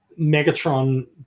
Megatron